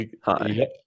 Hi